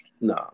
No